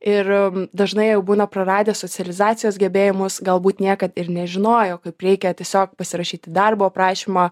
ir dažnai jau būna praradę socializacijos gebėjimus galbūt niekad ir nežinojo kaip reikia tiesiog pasirašyti darbo aprašymą